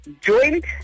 Joint